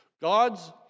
God's